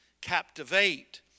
captivate